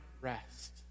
rest